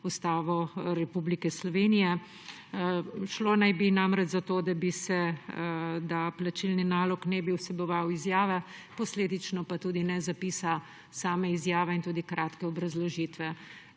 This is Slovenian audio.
Ustavo Republike Slovenije. Šlo naj bi namreč za to, da plačilni nalog ne bi vseboval izjave, posledično pa tudi ne zapisa same izjave in tudi kratke obrazložitve.